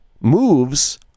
moves